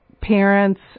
parents